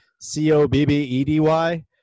C-O-B-B-E-D-Y